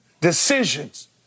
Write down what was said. decisions